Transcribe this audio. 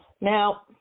Now